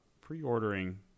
pre-ordering